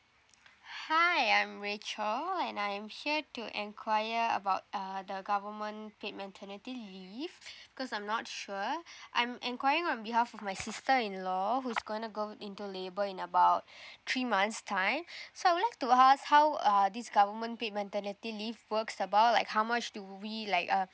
hi I'm rachel and I'm here to enquire about uh the government paid maternity leave cause I'm not sure I'm enquiring on behalf of my sister in law who's gonna go into labour in about three months time so I would like to us how uh this government paid maternity leave works about like how much do we like uh